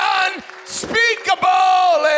unspeakable